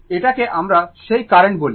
এটাকে আমরা সেই কারেন্ট বলি